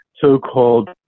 so-called